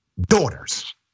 daughters